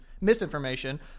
misinformation